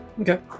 Okay